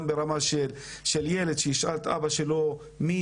גם ברמה של ילד שישאל את אבא שלו "מי